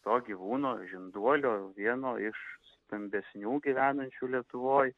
to gyvūno žinduolio vieno iš stambesnių gyvenančių lietuvoj